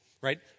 right